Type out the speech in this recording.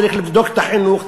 צריך לבדוק את החינוך,